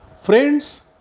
Friends